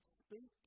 speak